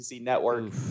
Network